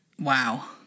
Wow